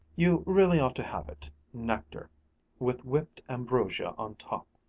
you really ought to have it nectar with whipped ambrosia on top.